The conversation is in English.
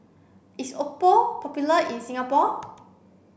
is Oppo popular in Singapore